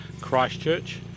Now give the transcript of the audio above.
Christchurch